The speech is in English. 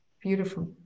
Beautiful